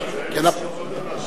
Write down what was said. אבל צריך לזכור עוד דבר,